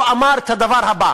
הוא אמר את הדבר הבא,